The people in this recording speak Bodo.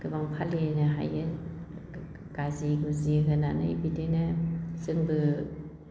गोबां फालिनो हायो गाजि गुजि होनानै बिदिनो जोंबो